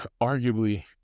arguably